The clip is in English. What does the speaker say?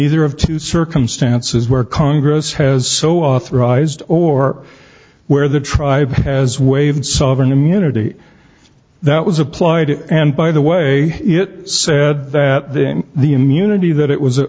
either of two circumstances where congress has so authorized or where the tribe has waived sovereign immunity that was applied and by the way it said that the immunity that it was